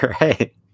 right